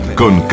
con